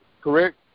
correct